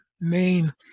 main